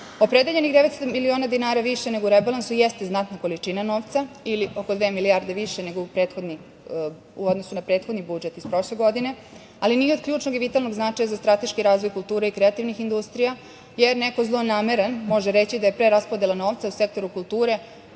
Opredeljenih 900 miliona dinara više nego u rebalansu jeste znatna količina novca ili oko dve milijarde više nego u odnosu ne prethodni budžet iz prošle godine, ali nije od ključnog i vitalnog značaja za strateški razvoj kulture i kreativnih industrija jer neko zlonameran može reći da je preraspodela u sektoru kulture,